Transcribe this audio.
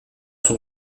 sont